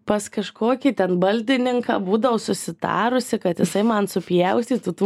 pas kažkokį ten baldininką būdavau susitarusi kad jisai man supjaustytų tų